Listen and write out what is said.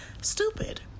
stupid